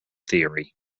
theory